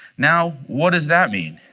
now, what does that mean?